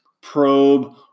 Probe